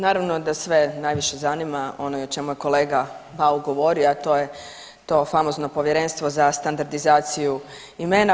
Naravno da sve najviše zanima ono i o čemu je kolega Bauk govorio, a to je to famozno Povjerenstvo za standardizaciju imena.